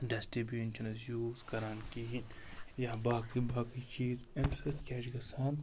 dust بیٖن چِھنہٕ أسۍ use کَران کِہیٖنۍ یا باقٕے باقٕے چیٖز اَمہِ سۭتۍ کیٛاہ چھِ گَژھان